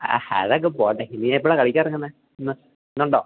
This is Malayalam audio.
ആ ഹതൊക്കെ പോട്ടെ നീ എപ്പളാ കളിക്കാൻ എറങ്ങുന്നെ ഇന്ന് ഇന്നൊണ്ടോ